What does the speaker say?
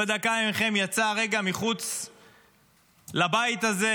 לא יודע כמה מכם יצאו רגע מחוץ לבית הזה,